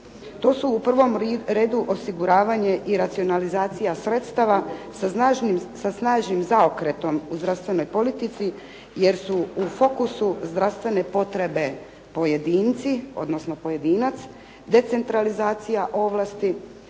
To su u prvom redu osiguravanje i racionalizacija sredstava sa snažnim zaokretom u zdravstvenoj politici jer su u fokusu zdravstvene potrebe pojedinci odnosno pojedinac, decentralizacija ovlasti,